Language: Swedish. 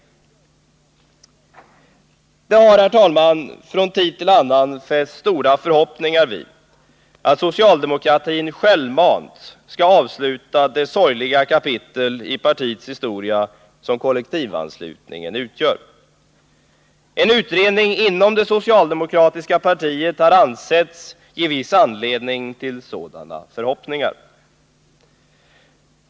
Det har, herr talman, från tid till annan fästs stora förhoppningar vid att socialdemokratin självmant skall avsluta det sorgliga kapitel i partiets historia som kollektivanslutningen utgör. En utredning inom det socialdemokratiska partiet har ansetts ge viss anledning till sådana förhoppningar.